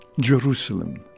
Jerusalem